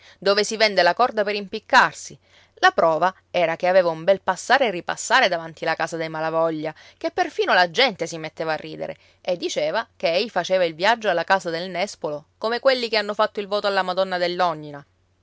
dove si vende la corda per impiccarsi la prova era che aveva un bel passare e ripassare davanti la casa dei malavoglia che perfino la gente si metteva a ridere e diceva che ei faceva il viaggio alla casa del nespolo come quelli che hanno fatto il voto alla madonna